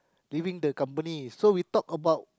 during the company so we talked about